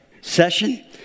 session